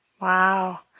Wow